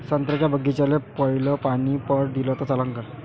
संत्र्याच्या बागीचाले पयलं पानी पट दिलं त चालन का?